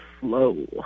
slow